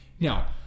Now